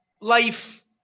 Life